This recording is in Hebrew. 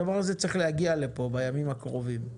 הדבר הזה צריך להגיע לפה בימים הקרובים.